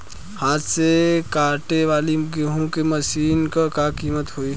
हाथ से कांटेवाली गेहूँ के मशीन क का कीमत होई?